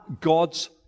God's